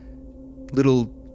little